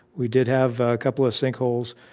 we did have a couple of sinkholes.